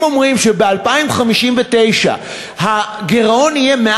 אם אומרים שב-2059 הגירעון יהיה,